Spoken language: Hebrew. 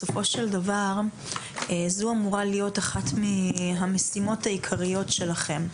בסופו של דבר זו אמורה להיות אחת מהמשימות העיקריות שלכם.